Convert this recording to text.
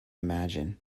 imagine